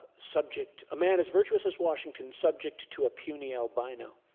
subject a man as virtuous as washington subject to a puny albino.